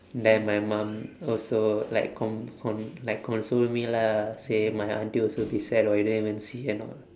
then my mum also like con~ con~ like console me lah say my auntie also be sad oh you don't even see and all